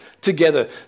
together